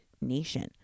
nation